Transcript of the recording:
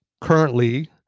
currently